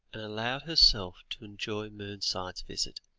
and allowed herself to enjoy mernside's visit,